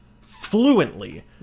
fluently